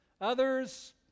Others